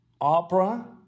opera